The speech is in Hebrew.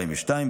42,